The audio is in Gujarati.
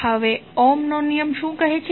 હવે ઓહમનો નિયમ શું કહે છે